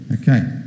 Okay